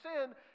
sin